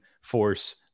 force